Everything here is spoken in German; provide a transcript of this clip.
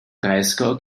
breisgau